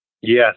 Yes